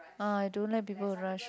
ah I don't like people to rush